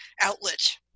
outlet